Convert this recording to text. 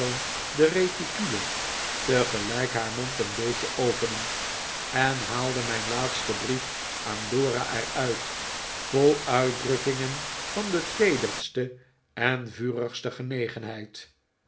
de reticule tegelijk haar mond een beetje openend en haalde mijn laatsten brief aan dora er uit vol uitdrukkingen van de teederste en vurigste genegeriheid